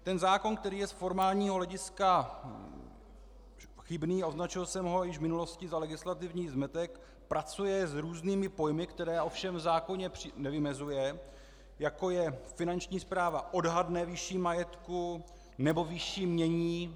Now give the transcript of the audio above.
Ten zákon, který je z formálního hlediska chybný, označil jsem ho již v minulosti za legislativní zmetek, pracuje s různými pojmy, které ovšem v zákoně nevymezuje, jako je: finanční správa odhadne výši majetku nebo výši jmění.